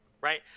Right